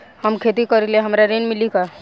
हम खेती करीले हमरा ऋण मिली का?